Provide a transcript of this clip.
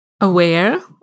aware